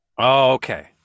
okay